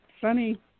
sunny